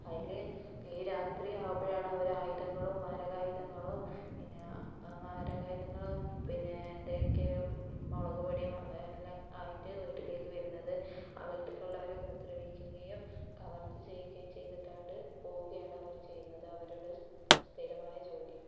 അതിൽ ഈ രാത്രി ആകുമ്പോഴാണ് അവർ ആയുധങ്ങളും മാരകായുധങ്ങളും പിന്നെ മാരകായുധങ്ങളും പിന്നെ എന്തെങ്കിലും മുളക് പൊടിയും എല്ലാം ആയിട്ട് വീട്ടിലേക്ക് വരുന്നത് ആ വീട്ടിലുള്ളവരെ ഉപദ്രവിക്കുകയും കവർച്ച ചെയ്യുകയും ചെയ്തിട്ടാണ് പോവുകയാണ് അവർ ചെയ്യുന്നത് അവരുടെ സ്ഥിരമായ ജോലി